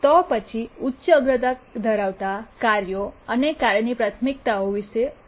તો પછી ઉચ્ચત્તમ અગ્રતા ધરાવતા કાર્યો અને કાર્યની પ્રાથમિકતાઓ વિશે પ્રશ્ન ઉભો થાય